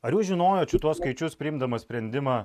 ar jūs žinojot šituos skaičius priimdamas sprendimą